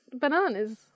bananas